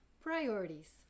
Priorities